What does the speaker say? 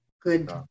good